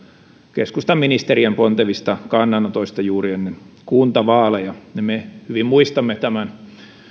keskustan ministerien pontevista kannanotoista juuri ennen kuntavaaleja me hyvin muistamme tämän